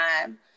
time